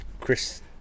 Chris